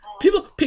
people